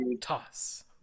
toss